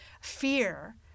fear